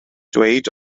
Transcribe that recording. dweud